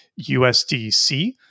USDC